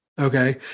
Okay